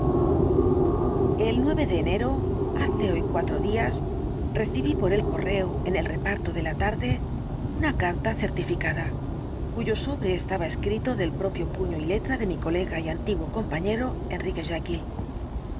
el nueve de enero hace hoy cuatro días recibí por el correo en el reparto de la tarde una carta certificada cuyo sobre estaba escrito del propio puño y letra de mi colega y antiguo compañero enrique